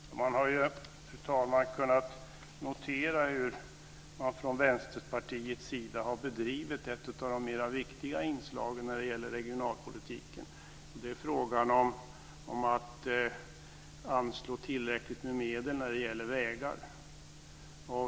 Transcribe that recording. Fru talman! Vi har kunnat notera hur man från Vänsterpartiets sida har bedrivit politiken när det gäller ett av de viktigare inslagen i regionalpolitiken. Det är frågan om att anslå tillräckligt med medel för vägar.